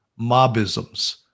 mobisms